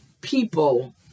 people